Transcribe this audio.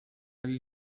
ari